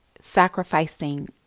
sacrificing